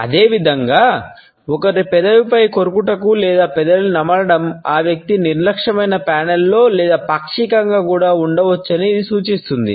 అదేవిధంగా ఒకరి పెదవులపై కొరుకుట లేదా పెదవిని నమలడం ఆ వ్యక్తి నిర్లక్ష్యమైన ప్యానెల్లో లేదా పాక్షికంగా కూడా ఉండవచ్చని ఇది సూచిస్తుంది